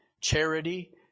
charity